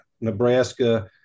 Nebraska